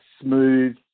smooth